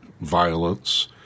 violence